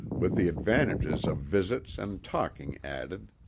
with the advantages of visits and talking added.